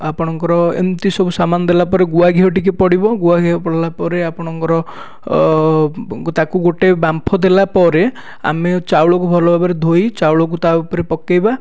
ଆପଣଙ୍କର ଏମିତି ସବୁ ସାମାନ ଦେଲା ପରେ ଗୁଆ ଘିଅ ଟିକେ ପଡ଼ିବ ଗୁଆ ଘିଅ ପଡ଼ିଲା ପରେ ଆପଣଙ୍କର ତାକୁ ଗୋଟିଏ ବାମ୍ଫ ଦେଲା ପରେ ଆମେ ଚାଉଳକୁ ଭଲ ଭାବରେ ଧୋଇ ଚାଉଳକୁ ତା ଉପରେ ପକାଇବା